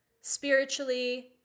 spiritually